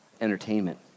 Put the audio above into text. entertainment